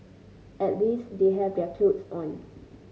at least they have their clothes on